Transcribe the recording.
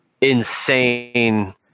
insane